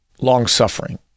long-suffering